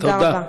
תודה רבה.